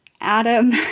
Adam